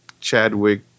Chadwick